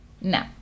No